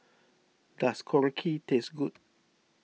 does Korokke taste good